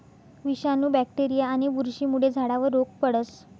विषाणू, बॅक्टेरीया आणि बुरशीमुळे झाडावर रोग पडस